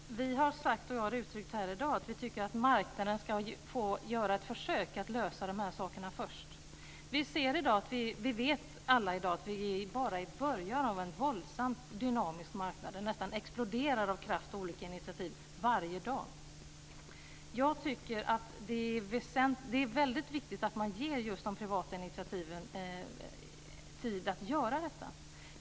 Herr talman! Vi har sagt - och det har jag uttryckt här i dag - att vi tycker att marknaden först ska få göra ett försök att lösa detta. Vi vet alla i dag att vi bara är i början av en våldsamt dynamisk marknad. Den nästan exploderar av kraft och olika initiativ varje dag. Jag tycker att det är väldigt viktigt att man ger just de privata aktörerna tid att göra detta.